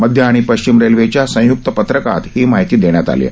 मध्य आणि पश्चिम रेल्वेच्या संयुक्त पत्रकात ही माहिती देण्यात आली आहे